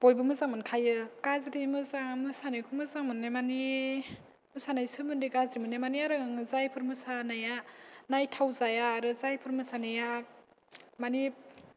बयबो मोजां मोनखायो गाज्रि मोजां मोसानायखौ मोजां मोननाय मानि मोसानाय सोमोन्दै गाज्रि मोननाय मानि जायफोर मोसानाया नायथाव जाया आरो जायफोर मोसानाया मानि